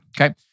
Okay